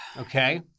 Okay